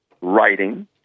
writing